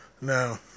Now